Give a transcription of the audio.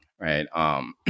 right